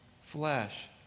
flesh